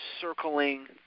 circling